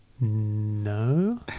No